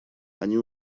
они